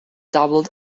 doubled